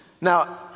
Now